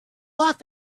off